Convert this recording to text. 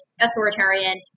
authoritarian